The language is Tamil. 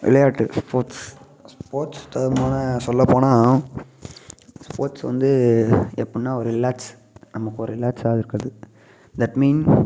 விளையாட்டு ஸ்போர்ட்ஸ் ஸ்போர்ட்ஸ் சொல்லப்போனால் ஸ்போர்ட்ஸ் வந்து எப்புன்னா ஒரு ரிலாக்ஸ் நமக்கு ஒரு ரிலாக்ஸாக இருக்குறது தட் மீன்